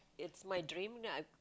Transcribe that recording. it's my dream then I